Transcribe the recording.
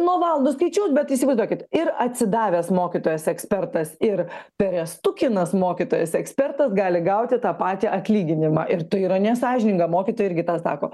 nuo valandų skaičiuoti bet įsivaizduokit ir atsidavęs mokytojas ekspertas ir perestukinas mokytojas ekspertas gali gauti tą patį atlyginimą ir tai yra nesąžininga mokytojai irgi tą sako